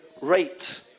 rate